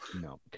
No